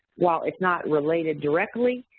well, it's not related directly.